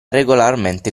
regolarmente